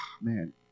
man